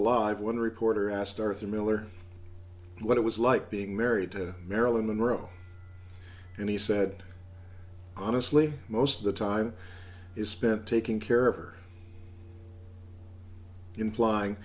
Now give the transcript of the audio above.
alive when a reporter asked arthur miller what it was like being married to marilyn monroe and he said honestly most of the time is spent taking care of her imply